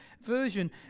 version